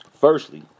Firstly